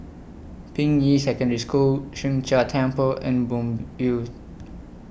Ping Yi Secondary School Sheng Jia Temple and Moonbeam View